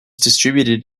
distributed